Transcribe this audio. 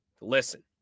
Listen